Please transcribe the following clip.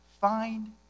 find